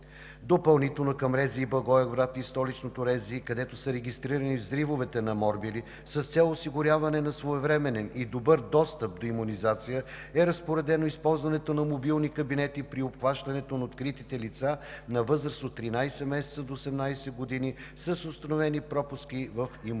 допълнително към РЗИ Благоевград и Столичното РЗИ, където са регистрирани взривовете на морбили, с цел осигуряване на своевременен и добър достъп до имунизация, е разпоредено използването на мобилни кабинети при обхващането на откритите лица на възраст от 13 месеца до 18 години с установени пропуски в имунизационната